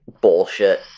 bullshit